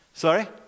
Sorry